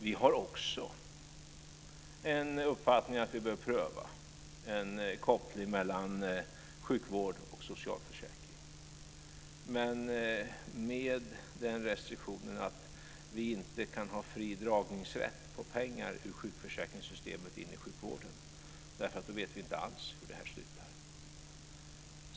Vi har också en uppfattning att vi bör pröva en koppling mellan sjukvård och socialförsäkring, men med den restriktionen att vi inte kan ha fri dragningsrätt på pengar ur sjukförsäkringssystemet in i sjukvården, därför att vi då inte alls vet hur det slutar.